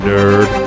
Nerd